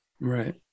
Right